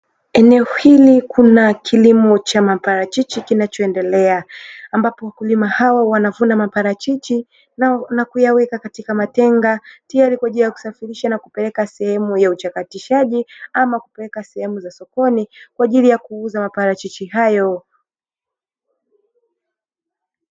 Eneo hili kuna kilimo cha maparachichi kinachoendelea, ambapo wakulima hawa wanavuna maparachichi na kuyaweka katika matenga tayari kwa ajili ya kuyasafirisha na kupeleka sehemu ya uchakatishaji ama kupeleka sehemu za sokoni kwa ajili ya kuuza maparachichi hayo.